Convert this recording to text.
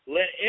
let